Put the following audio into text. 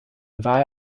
war